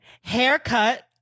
haircut